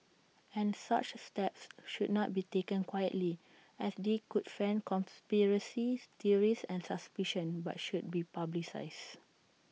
and such steps should not be taken quietly as they could fan conspiracies theories and suspicion but should be publicised